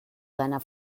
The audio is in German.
seiner